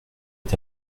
est